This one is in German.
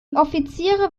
offiziere